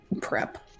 prep